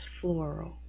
floral